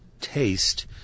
taste